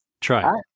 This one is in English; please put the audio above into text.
try